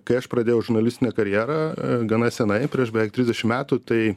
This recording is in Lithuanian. kai aš pradėjau žurnalistinę karjerą gana senai prieš beveik trisdešim metų tai